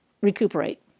recuperate